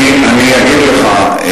אני אגיד לך.